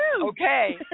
Okay